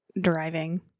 driving